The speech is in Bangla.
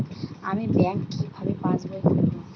আমি ব্যাঙ্ক কিভাবে পাশবই খুলব?